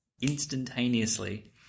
instantaneously